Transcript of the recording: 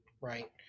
right